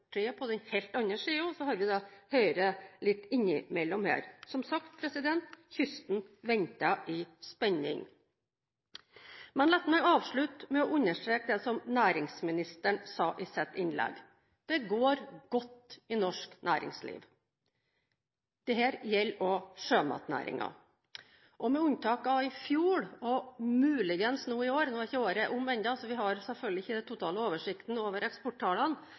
så har vi Høyre litt innimellom her. Som sagt, kysten venter i spenning. La meg avslutte med å understreke det næringsministeren sa i sitt innlegg: Det går godt i norsk næringsliv. Dette gjelder også sjømatnæringen. Med unntak av i fjor, og muligens nå i år – nå er ikke året omme ennå, så vi har selvfølgelig ikke den totale oversikten over eksporttallene